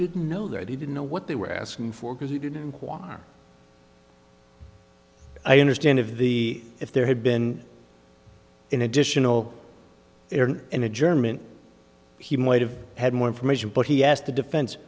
didn't know that he didn't know what they were asking for because he didn't want i understand if the if there had been an additional an adjournment he might have had more information but he asked the defense